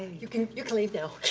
you can you can leave now.